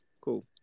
Cool